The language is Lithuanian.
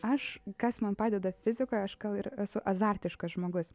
aš kas man padeda fizikoj aš gal ir esu azartiškas žmogus